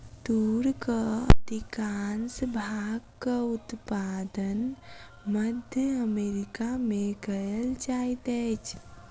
तूरक अधिकाँश भागक उत्पादन मध्य अमेरिका में कयल जाइत अछि